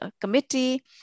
committee